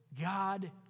God